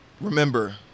remember